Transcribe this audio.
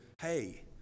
hey